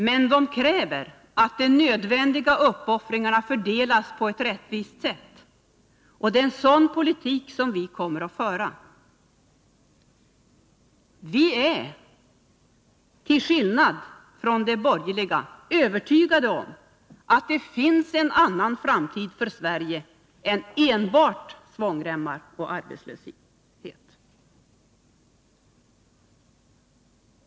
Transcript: Men de kräver att de nödvändiga uppoffringarna fördelas på ett rättvist sätt. En sådan politik kommer vi att föra. Vi är till skillnad från de borgerliga övertygade om att det finns en annan framtid för Sverige än enbart svångremmar och arbetslöshet.